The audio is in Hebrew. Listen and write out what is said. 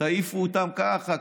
תעיפו אותם ככה,